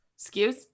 excuse